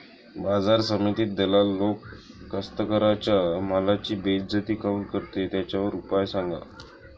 बाजार समितीत दलाल लोक कास्ताकाराच्या मालाची बेइज्जती काऊन करते? त्याच्यावर उपाव सांगा